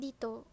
dito